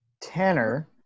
Tanner –